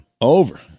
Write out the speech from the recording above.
Over